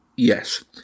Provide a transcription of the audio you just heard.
Yes